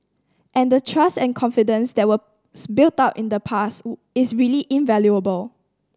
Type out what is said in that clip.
and the trust and confidence that was built up in the past is really invaluable